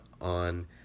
on